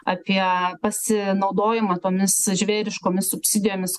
apie pasinaudojimo tomis žvėriškomis subsidijomis